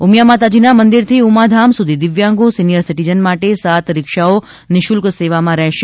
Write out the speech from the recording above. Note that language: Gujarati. ઉમિયા માતાજીના મંદિરથી ઉમાધામ સુધી દિવ્યાંગો સિનિયર સિટીઝન માટે સાત રીક્ષાઓ નિઃશુલ્ક સેવામાં રહેશે